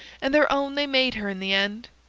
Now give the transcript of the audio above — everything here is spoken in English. and their own they made her in the end,